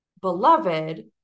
Beloved